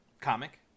Comic